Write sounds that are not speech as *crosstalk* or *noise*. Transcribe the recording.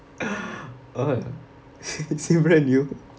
*breath* uh *laughs* see your value *laughs*